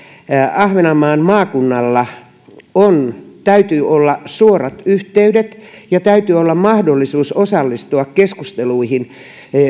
ahvenanmaan maakunnalla täytyy olla suorat yhteydet ja täytyy olla mahdollisuus osallistua keskusteluihin